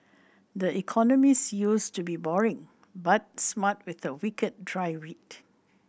the Economist used to be boring but smart with a wicked dry wit